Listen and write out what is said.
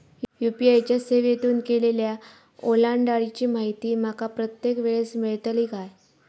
UPI च्या सेवेतून केलेल्या ओलांडाळीची माहिती माका प्रत्येक वेळेस मेलतळी काय?